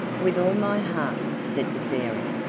with all my heart, said the fairy.